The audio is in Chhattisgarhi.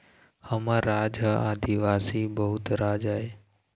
हमर राज ह आदिवासी बहुल राज आय